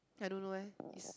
I don't know eh is